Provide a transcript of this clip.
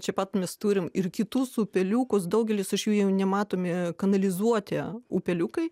čia pat mes turim ir kitus upeliukus daugelis iš jų jau nematomi kanalizuoti upeliukai